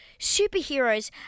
superheroes